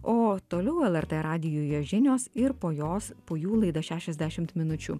o toliau lrt radijuje žinios ir po jos po jų laida šešiasdešimt minučių